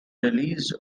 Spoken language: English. released